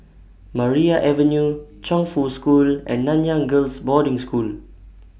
Maria Avenue Chongfu School and Nanyang Girls' Boarding School